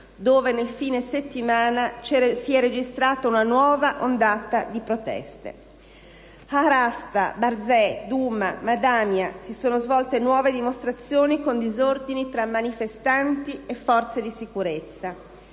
dove nel fine settimana si è registrata una nuova ondata di proteste. A Harasta, Barzeh, Douma, Madamya si sono svolte nuove dimostrazioni, con disordini tra manifestanti e forze di sicurezza.